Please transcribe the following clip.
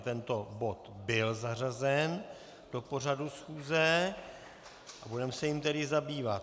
Tento bod byl zařazen do pořadu schůze, budeme se jím tedy zabývat.